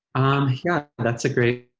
yeah, that's a great